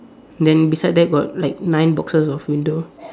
then beside there got like nine boxes of window